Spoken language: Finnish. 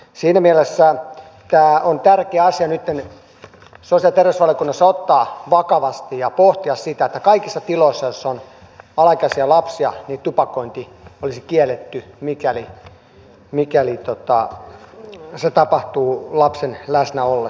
siinä mielessä tämä on tärkeä asia nytten sosiaali ja terveysvaliokunnassa ottaa vakavasti ja pohtia sitä että kaikissa tiloissa joissa on alaikäisiä lapsia tupakointi olisi kielletty mikäli se tapahtuu lapsen läsnä ollessa